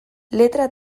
letra